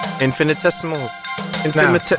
Infinitesimal